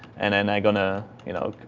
and and i'm going to, you know,